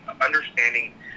understanding